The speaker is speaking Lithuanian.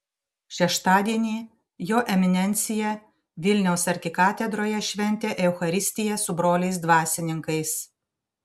šeštadienį jo eminencija vilniaus arkikatedroje šventė eucharistiją su broliais dvasininkais